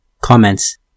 Comments